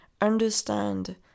understand